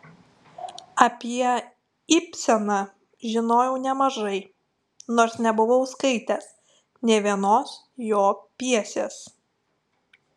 apie ibseną žinojau nemažai nors nebuvau skaitęs nė vienos jo pjesės